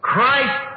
Christ